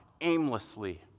aimlessly